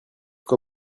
quoi